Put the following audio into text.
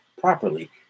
properly